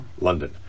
london